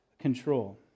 control